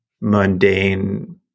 mundane